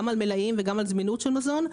גם על מלאים וגם על זמינות של מזון,